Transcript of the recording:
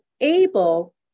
able